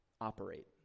operate